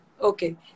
Okay